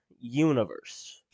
universe